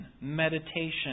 meditation